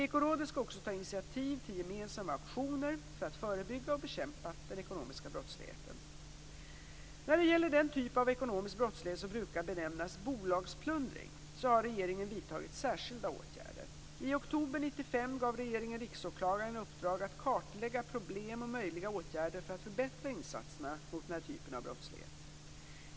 Ekorådet skall också ta initiativ till gemensamma aktioner för att förebygga och bekämpa den ekonomiska brottsligheten. När det gäller den typ av ekonomisk brottslighet som brukar benämnas bolagsplundring, har regeringen vidtagit särskilda åtgärder. I oktober 1995 gav regeringen Riksåklagaren i uppdrag att kartlägga problem och möjliga åtgärder för att förbättra insatserna mot den här typen av brottslighet.